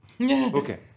Okay